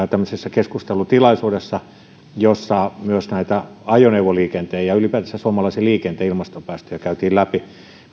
keskustelutilaisuudessa jossa myös näitä ajoneuvoliikenteen ja ylipäätänsä suomalaisen liikenteen ilmastopäästöjä käytiin läpi